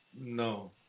No